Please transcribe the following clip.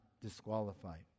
disqualified